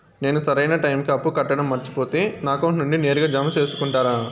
నేను సరైన టైముకి అప్పు కట్టడం మర్చిపోతే నా అకౌంట్ నుండి నేరుగా జామ సేసుకుంటారా?